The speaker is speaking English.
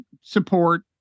support